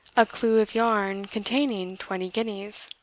a clue of yarn containing twenty guineas.